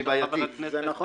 לבקשת חבר הכנסת --- זה נכון,